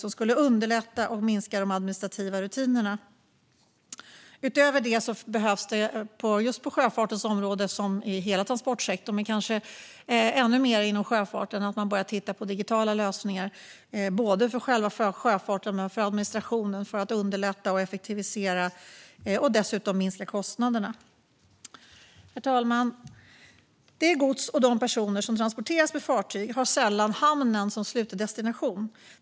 Det skulle underlätta och minska de administrativa rutinerna. Utöver det behövs det i hela transportsektorn men kanske allra mest inom sjöfarten att man börjar titta på digitala lösningar, både för själva sjöfarten och för administrationen, för att underlätta och effektivisera och dessutom minska kostnaderna. Herr talman! Det gods och de personer som transporteras med fartyg har sällan hamnen som slutdestination.